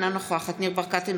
אינה נוכחת ניר ברקת,